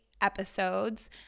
episodes